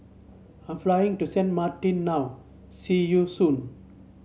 I am flying to Sint Maarten now see you soon